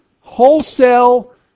wholesale